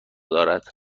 دارد